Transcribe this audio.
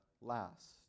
last